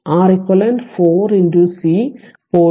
Req 4 C 0